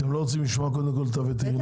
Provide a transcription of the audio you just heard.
אתם לא רוצים לשמוע קודם כל את הווטרינר?